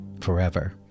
forever